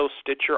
Stitcher